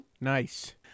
Nice